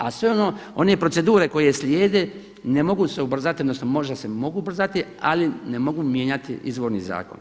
A sve ono, one procedure koje slijede ne mogu se ubrzati, odnosno možda se mogu ubrzati ali ne mogu mijenjati izvorni zakon.